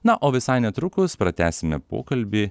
na o visai netrukus pratęsime pokalbį